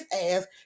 ass